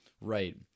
Right